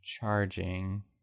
Charging